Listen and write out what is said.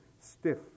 stiff